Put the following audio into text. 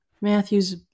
Matthew's